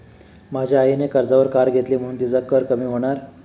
माझ्या आईने कर्जावर कार घेतली म्हणुन तिचा कर कमी होणार